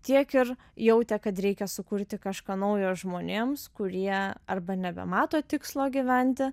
tiek ir jautė kad reikia sukurti kažką naujo žmonėms kurie arba nebemato tikslo gyventi